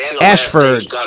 Ashford